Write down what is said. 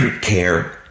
care